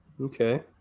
Okay